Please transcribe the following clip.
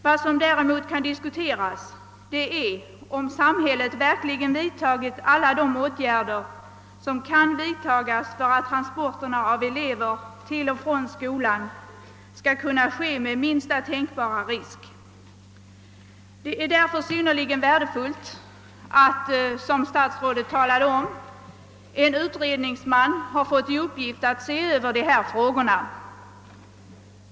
Vad som däremot kan diskuteras är huruvida samhället verkligen vidtagit alla de åtgärder som kan vidtagas för att transporterna av elever till och från skolorna skall kunna genomföras med minsta tänkbara risk. Det är därför synnerligen värdefullt, att en utredningsman, som statsrådet nämnde, har fått i uppgift att se över dessa frågor.